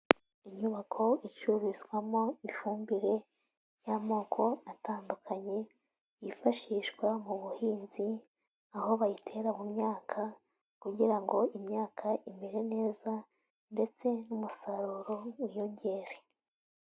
Inyubako icurizwamo ifumbire y'amoko atandukanye yifashishwa mu buhinzi, aho bayitera mu myaka kugira ngo imyaka imere neza ndetse n'umusaruro wiyongere.